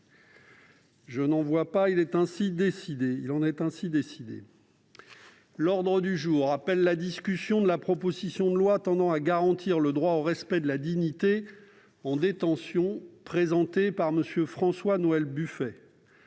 ?... Il en est ainsi décidé. L'ordre du jour appelle la discussion de la proposition de loi tendant à garantir le droit au respect de la dignité en détention, présentée par M. François-Noël Buffet